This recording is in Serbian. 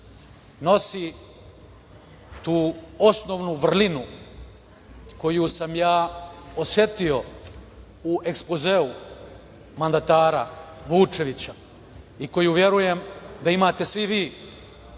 nosi tu osnovnu vrlinu koju sam ja osetio u ekspozeu mandatara Vučevića i verujem da imate svi vi,